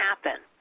happen